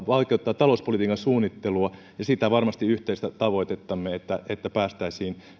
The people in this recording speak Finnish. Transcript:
vaikeuttaa talouspolitiikan suunnittelua ja sitä varmasti yhteistä tavoitettamme että päästäisiin